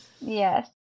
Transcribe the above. Yes